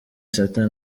satan